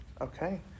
Okay